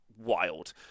wild